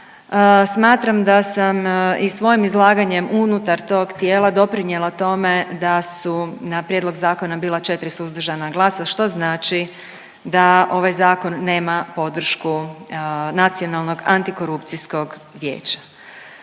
Smatram da sam i svojim izlaganjem unutar tog tijela doprinijela tome da su na prijedlog zakona bila 4 suzdržana glasa što znači da ovaj zakon nema podršku Nacionalnog antikorupcijskog vijeća.